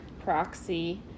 proxy